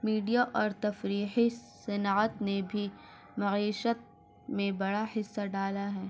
media اور تفریحی صنعت نے بھی معیشت میں بڑا حصہ ڈالا ہے